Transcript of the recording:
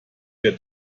der